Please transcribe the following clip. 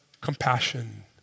compassion